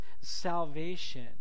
salvation